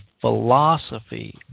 philosophy